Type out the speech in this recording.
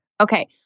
Okay